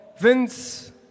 Vince